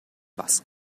was